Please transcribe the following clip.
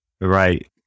Right